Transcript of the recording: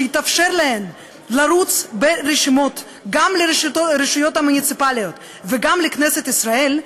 שיתאפשר להן לרוץ גם לרשויות המוניציפליות וגם לכנסת ישראל,